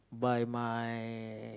by my